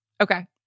Okay